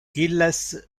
illes